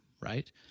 Right